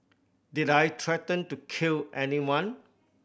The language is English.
did I threaten to kill anyone